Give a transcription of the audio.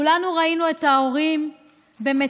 כולנו ראינו את ההורים במצוקה.